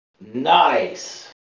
nice